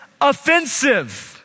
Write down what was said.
offensive